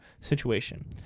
situation